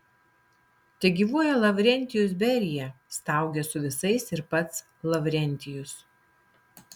tegyvuoja lavrentijus berija staugė su visais ir pats lavrentijus